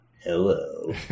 hello